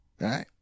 right